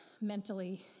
mentally